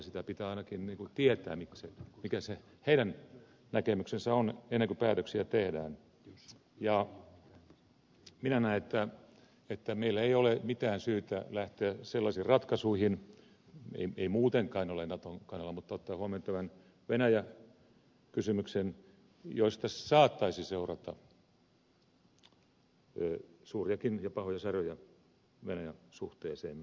se pitää ainakin tietää mikä se heidän näkemyksensä on ennen kuin päätöksiä tehdään ja minä näen että meillä ei ole mitään syytä lähteä sellaisiin ratkaisuihin muutenkaan en ole naton kannalla mutta ottaen huomioon tämän venäjä kysymyksen joista saattaisi seurata suuriakin ja pahoja säröjä venäjä suhteeseemme